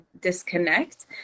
disconnect